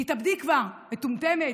"תתאבדי כבר, מטומטמת,